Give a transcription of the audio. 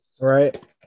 Right